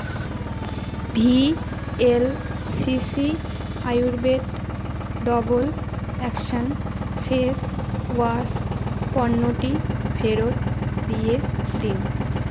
V L C C Ayurveda double action face wash পণ্যটি ফেরত দিয়ে দিন